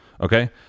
Okay